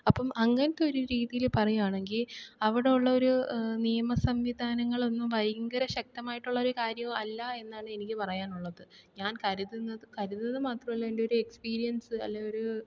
അപ്പം അങ്ങനെത്തെയൊരു രീതിയിൽ പറയുകയാണെങ്കിൽ അവിടെയുള്ള ഒരു നിയമ സംവിധാനങ്ങളൊന്നും ഭയങ്കര ശക്തമായിട്ടുള്ള ഒരു കാര്യവും അല്ല എന്നാണ് എനിക്ക് പറയാനുള്ളത് ഞാൻ കരുതുന്നത് കരുതുന്നത് മാത്രമല്ല എൻ്റെയൊരു എക്സ്പീരിയൻസ് അല്ലെങ്കിൽ ഒരു